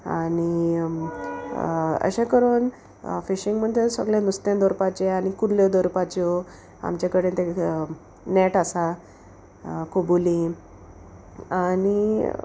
आनी अशें करून फिशींग म्हण तें सगळें नुस्तें धोरपाचें आनी कुल्ल्यो धोरपाच्यो आमचे कडेन ते नॅट आसा कोबुली आनी